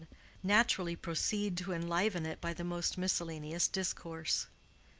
naturally proceed to enliven it by the most miscellaneous discourse.